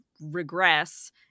regress